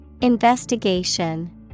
Investigation